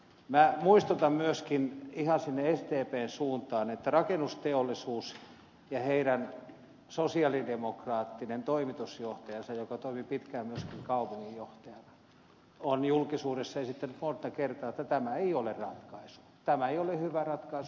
minä muistutan myöskin ihan sinne sdpn suuntaan että rakennusteollisuus ja heidän sosialidemokraattinen toimitusjohtajansa joka toimi pitkään myöskin kaupunginjohtajana on julkisuudessa esittänyt monta kertaa että tämä ei ole ratkaisu tämä ei ole hyvä ratkaisu